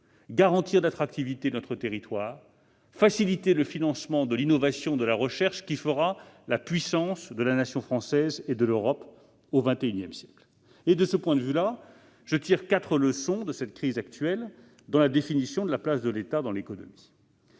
garantir l'attractivité de notre territoire, pour faciliter le financement de l'innovation et de la recherche qui fera la puissance de la nation française et de l'Europe au XXI siècle. De ce point de vue, je tire quatre leçons de la crise actuelle pour la définition de la place de l'État dans l'économie.